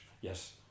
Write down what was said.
Yes